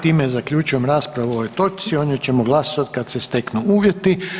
Time zaključujem raspravu o ovoj točci, o njoj ćemo glasova kad se steknu uvjeti.